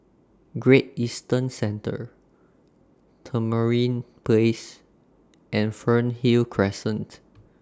Great Eastern Centre Tamarind Place and Fernhill Crescent